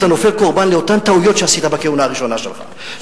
אתה נופל קורבן לאותן טעויות שעשית בכהונה הראשונה שלך,